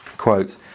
Quote